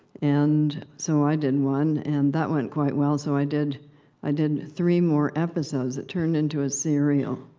and so i did one. and that went quite well, so i did i did three more episodes that turned into a serial.